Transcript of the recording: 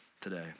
today